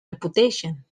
reputation